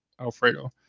Alfredo